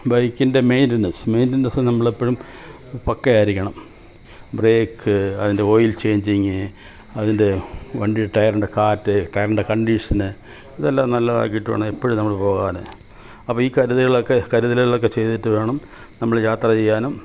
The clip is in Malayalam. ബൈക്കിന്റെ മെയ്ൻറ്റെനൻസ് മേയ്റ്റെനെൻസ്സ് നമ്മളെപ്പഴും പക്കയായിരിക്കണം ബ്രേക്ക് അതിന്റെ ഓയിൽ ചേഞ്ചിങ്ങ് അതിന്റെ വണ്ടിയുടെ ടയറിന്റെ കാറ്റ് കാറിന്റ കണ്ടീഷന് ഇതെല്ലം നല്ലതാക്കിയിട്ട് വേണം എപ്പോഴും നമ്മള് പോകാന് അപ്പോള് ഈ കര്ത്കളക്കെ കരുതലുകളൊക്കെ ചെയ്തിട്ട് വേണം നമ്മള് യാത്ര ചെയ്യാനും